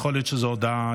להיות שזו הודעה,